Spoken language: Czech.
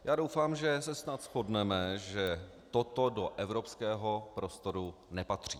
Já doufám, že se snad shodneme, že toto do evropského prostoru nepatří.